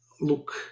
look